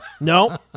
No